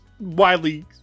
Widely